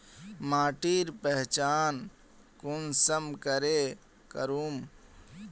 माटिर पहचान कुंसम करे करूम?